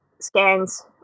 scans